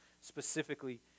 specifically